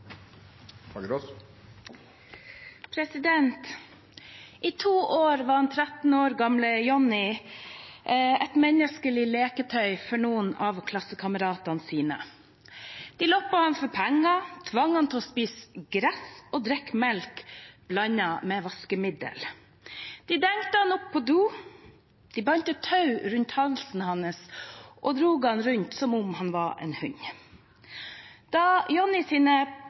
I to år var 13 år gamle Johnny et menneskelig leketøy for noen av klassekameratene sine. De loppet ham for penger, og de tvang ham til å spise gress og drikke melk blandet med vaskemiddel. De dengte ham opp på do, de bandt et tau rundt halsen hans og dro ham rundt som om han var en hund. Da